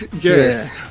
yes